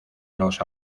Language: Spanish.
los